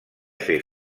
ser